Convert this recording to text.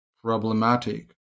problematic